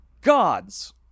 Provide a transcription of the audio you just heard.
gods